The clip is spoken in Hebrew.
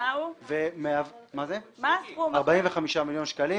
45 מיליון שקלים,